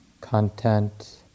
content